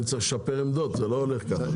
אני צריך לשפר עמדות, זה לא הולך ככה.